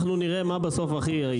אנחנו נראה מה בסוף הכי יעיל.